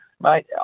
Mate